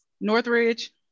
Northridge